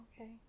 Okay